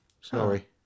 Sorry